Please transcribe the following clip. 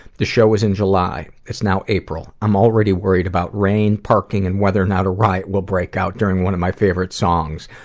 the show is in july, it's now april. i'm already worried about rain, parking, and whether or not a riot will break out during one of my favourite songs.